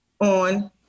on